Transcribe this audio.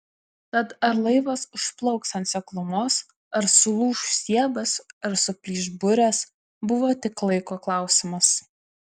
tad ar laivas užplauks ant seklumos ar sulūš stiebas ar suplyš burės buvo tik laiko klausimas